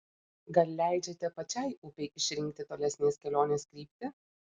gal leidžiate pačiai upei išrinkti tolesnės kelionės kryptį